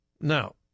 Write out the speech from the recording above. Now